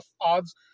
odds